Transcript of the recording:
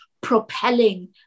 propelling